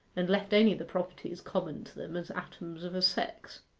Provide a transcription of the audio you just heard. and left only the properties common to them as atoms of a sex.